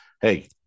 hey